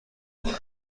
کنند